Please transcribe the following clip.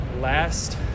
last